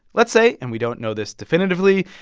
let's say, and we don't know this definitively,